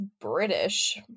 British